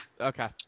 Okay